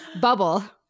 bubble